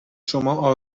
شما